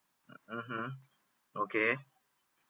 mmhmm okay